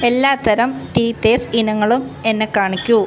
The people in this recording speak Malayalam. എല്ലാത്തരം റ്റീത്തേഴ്സ് ഇനങ്ങളും എന്നെ കാണിക്കുക